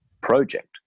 project